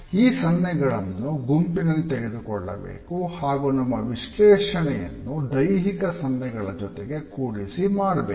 ಈ ಸನ್ನ್ಹೆಗಳನ್ನು ಗುಂಪಿನಲ್ಲಿ ತೆಗೆದುಕೊಳ್ಳಬೇಕು ಹಾಗೂ ನಮ್ಮ ವಿಶ್ಲೇಷಣೆಯನ್ನು ದೈಹಿಕ ಸನ್ನ್ಹೆಗಳ ಜೊತೆಗೆ ಕೂಡಿಸಿ ಮಾಡ್ಬೇಕು